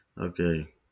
okay